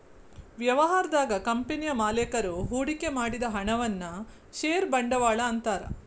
ವ್ಯವಹಾರದಾಗ ಕಂಪನಿಯ ಮಾಲೇಕರು ಹೂಡಿಕೆ ಮಾಡಿದ ಹಣವನ್ನ ಷೇರ ಬಂಡವಾಳ ಅಂತಾರ